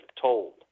told